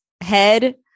head